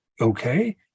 Okay